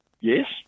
Yes